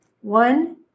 One